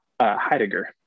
Heidegger